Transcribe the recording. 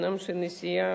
אף-על-פי שהנסיעה,